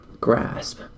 grasp